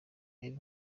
ally